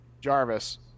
Jarvis